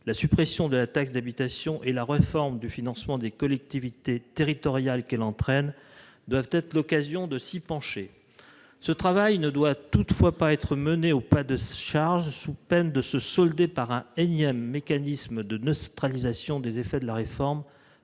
La suppression de la taxe d'habitation et la réforme du financement des collectivités territoriales qu'elle entraîne doivent être l'occasion de s'y pencher. Ce travail ne doit toutefois pas être mené au pas de charge, sous peine de se solder par un énième mécanisme de neutralisation des effets de la réforme,